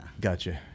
Gotcha